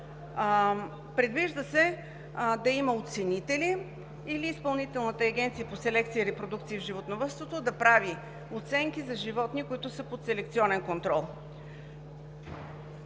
Предвижда се да има оценители или Изпълнителната агенция по селекция и репродукция в животновъдството да прави оценки за животни, които са под селекционен контрол.